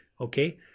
Okay